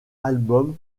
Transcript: album